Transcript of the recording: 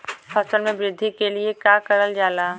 फसल मे वृद्धि के लिए का करल जाला?